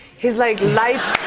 his like lights